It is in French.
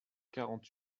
quarante